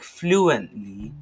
fluently